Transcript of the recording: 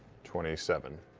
twenty seven.